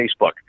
Facebook